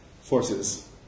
forces